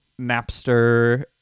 napster